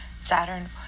Saturn